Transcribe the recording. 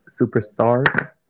Superstars